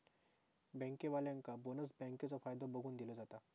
बँकेवाल्यांका बोनस बँकेचो फायदो बघून दिलो जाता